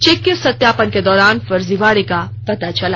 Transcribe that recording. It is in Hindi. चेक के सत्यापन के दौरान फर्जीवाड़े का पता चला